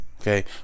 Okay